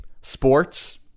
sports